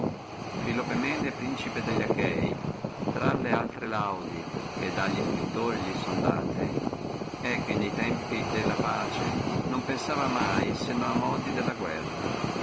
filopemene principe delli achei intra le altre laude che dalli scrittori li sono date è che ne tempi della pace non pensava mai se non a modi della guerra